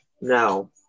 No